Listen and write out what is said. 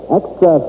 extra